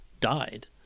died